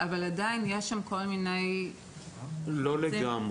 נכון, אבל עדיין יש שם כל מיני --- לא לגמרי.